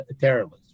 terrorists